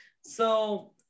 So-